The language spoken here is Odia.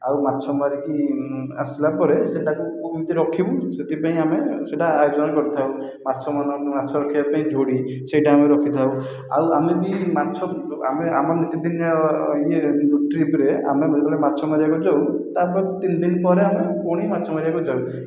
ଆଉ ମାଛ ମାରିକି ଆସିଲା ପରେ ସେଟାକୁ କେମିତି ରଖିବୁ ସେଥିପାଇଁ ଆମେ ସେଇଟା ଆୟୋଜନ କରିଥାଉ ମାଛ ମଲା ମାଛ ରଖିବା ପାଇଁ ଝୁଡ଼ି ସେଇଟା ଆମେ ରଖିଥାଉ ଆଉ ଆମେ ବି ମାଛକୁ ଆମେ ଆମ ନିତିଦିନିଆ ଇଏ ଟ୍ରିପ୍ରେ ଆମେ ବେଳେବେଳେ ମାଛ ମାରିବା ପାଇଁ ଯାଉ ତା'ପରେ ତିନିଦିନ ପରେ ଆମେ ପୁଣି ମାଛ ମାରିବାକୁ ଯାଉ